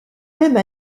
même